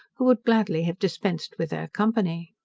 who would gladly have dispensed with their company.